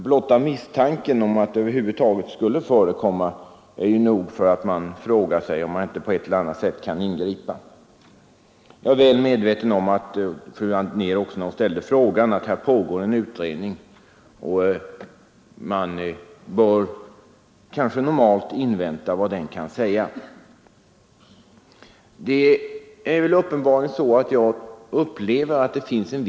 Blotta misstanken om att sådant skulle förekomma är nog för att man skall fråga sig om man inte på ett eller annat sätt kan ingripa. Jag är väl medveten om — och det var också fru Anér då hon ställde frågan — att det pågår en utredning på detta område. Normalt borde man kanske invänta vad den har att säga. Jag tycker emellertid att det finns en lucka i lagen här.